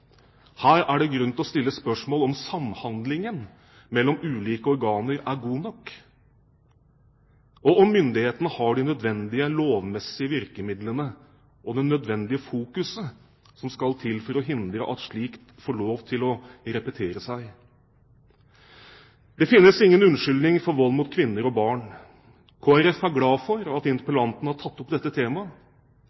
er det grunn til å stille spørsmål om samhandlingen mellom ulike organer er god nok, og om myndighetene har de nødvendige lovmessige virkemidlene og det nødvendige fokuset som skal til for å hindre at slikt får lov til å gjenta seg. Det finnes ingen unnskyldning for vold mot kvinner og barn. Kristelig Folkeparti er glad for at